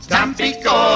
Tampico